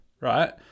right